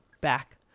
back